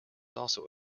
also